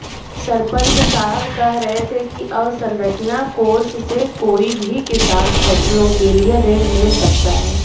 सरपंच साहब कह रहे थे कि अवसंरचना कोर्स से कोई भी किसान फसलों के लिए ऋण ले सकता है